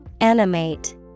Animate